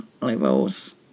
levels